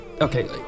Okay